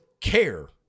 care